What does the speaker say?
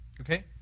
okay